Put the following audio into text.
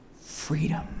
freedom